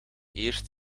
eerst